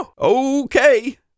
Okay